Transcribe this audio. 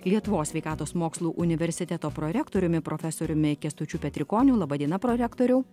lietuvos sveikatos mokslų universiteto prorektoriumi profesoriumi kęstučiu petrikoniu laba diena prorektoriau